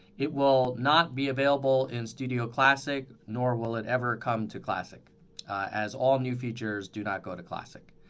it will not be available in studio classic nor will it ever come to classic as all new features do not go to classic.